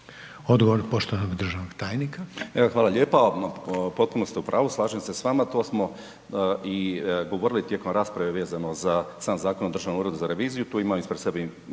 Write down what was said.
Odgovor poštovanog državnog tajnika. **Zrinušić, Zdravko** Evo hvala lijepa. Potpuno ste u pravu, slažem se s vama, to smo i govorili tijekom rasprave vezano za sam Zakon o Državnom uredu za reviziju, tu imam ispred sebe